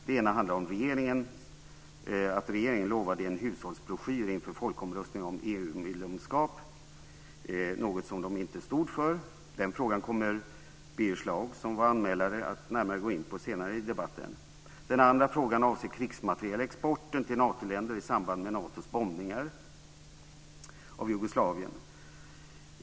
Det ena handlar om något regeringen lovade i en hushållsbroschyr inför folkomröstningen om EU-medlemskap - något som den inte stod för. Den frågan kommer Birger Schlaug, som var anmälare, att närmare gå in på senare i debatten. Den andra frågan avser krigsmaterielexporten till Natoländer i samband med Natos bombningar av Jugoslavien.